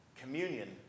Communion